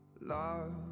love